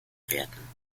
werden